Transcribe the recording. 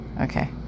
Okay